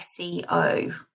SEO